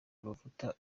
amavuta